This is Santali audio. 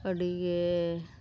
ᱟᱹᱰᱤᱜᱮ